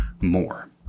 more